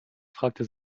fragte